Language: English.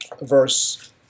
verse